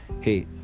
hey